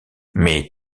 mais